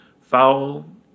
foul